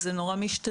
זה מאוד משתה,